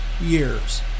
years